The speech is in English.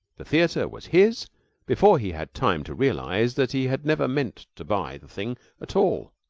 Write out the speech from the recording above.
the theater was his before he had time to realize that he had never meant to buy the thing at all.